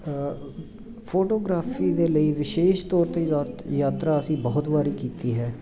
photography ਦੇ ਲਈ ਵਿਸ਼ੇਸ਼ ਤੌਰ 'ਤੇ ਯਾ ਯਾਤਰਾ ਅਸੀਂ ਬਹੁਤ ਵਾਰ ਕੀਤੀ ਹੈ